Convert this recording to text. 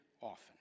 often